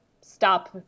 stop